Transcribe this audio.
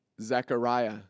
Zechariah